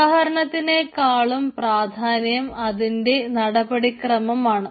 ഉദാഹരണത്തിനെക്കാളും പ്രാധാന്യം അതിൻറെ നടപടിക്രമമാണ്